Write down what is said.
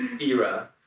era